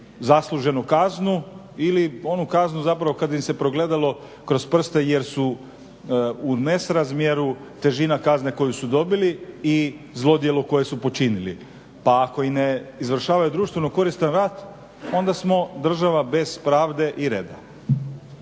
zasluženu kaznu ili onu kaznu zapravo kada im se progledalo kroz prste jer su u nesrazmjeru težina kazne koju su dobili i zlodjelo koje su počinili. Pa ako i ne izvršavaju društveno koristan rad, onda smo država bez pravde i reda.